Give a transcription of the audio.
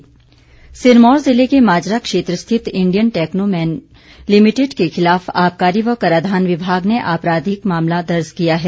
company Sirmaur जिले के माजरा क्षेत्र स्थित इंडियन टैक्नोमैन लिमिटेड के खिलाफ आबकारी व कराधान विभाग ने आपराधिक मामला दर्ज किया है